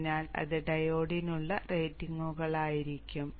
അതിനാൽ ഇത് ഡയോഡിനുള്ള റേറ്റിംഗുകളായിരിക്കും